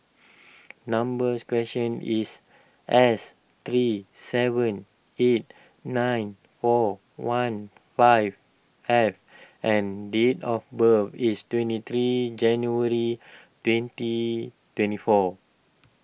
numbers question is S three seven eight nine four one five F and date of birth is twenty three January twenty twenty four